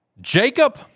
Jacob